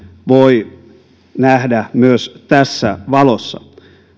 voi nähdä myös tässä valossa